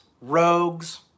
rogues